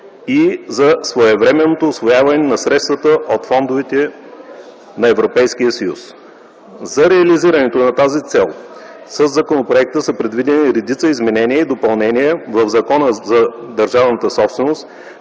и за своевременното усвояване на средствата от фондовете на Европейския съюз. За реализирането на тази цел със законопроекта са предвидени редица изменения и допълнения в Закона за държавната собственост,